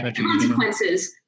consequences